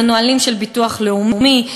לנהלים של הביטוח הלאומי,